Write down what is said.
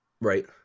Right